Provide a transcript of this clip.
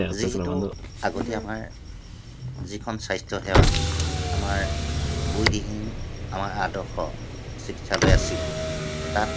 যিহেতু আগতে আমাৰ যিখন স্বাস্থ্য সেৱা আমাৰ বুঢ়ীদিহিং আমাৰ আদৰ্শ চিকিৎসালয় আছিল তাত